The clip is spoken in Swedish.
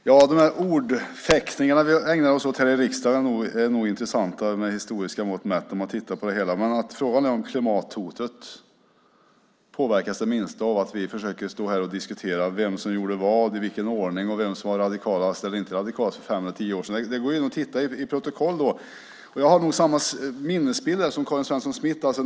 Herr talman! De ordfäktningar som vi ägnar oss åt här i riksdagen är nog intressanta med historiska mått mätt när man tittar på det hela. Men frågan är om klimathotet det minsta påverkas av att vi står här och försöker diskutera vem som gjorde vad, i vilken ordning och vem som var radikalast eller inte radikalast för fem eller tio år sedan. Det går ju att titta i protokollen. Jag har nog samma minnesbild som Karin Svensson Smith.